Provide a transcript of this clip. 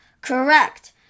correct